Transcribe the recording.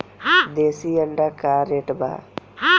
देशी अंडा का रेट बा?